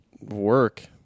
work